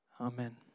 Amen